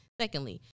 secondly